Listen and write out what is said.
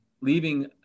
leaving